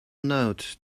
note